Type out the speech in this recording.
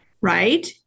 right